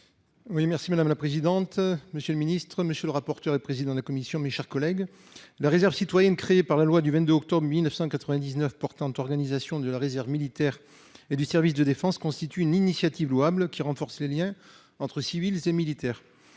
merci madame la présidente, monsieur le ministre, monsieur le rapporteur et le président de la commission. Mes chers collègues, la réserve citoyenne créée par la loi du 22 octobre 1999 portant organisation de la réserve militaire et du Service de défense constitue une initiative louable qui renforce les Liens entre civils et militaires.